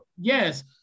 yes